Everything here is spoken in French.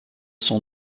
son